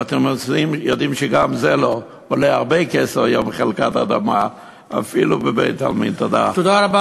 אבל אתם יודעים שגם זה לא: היום חלקת אדמה עולה הרבה כסף,